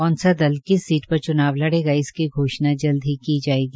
कौन सा दल किस सीट पर चुनाव लड़ेगा इसकी घोषणा जल्द ही की जायेगी